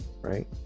right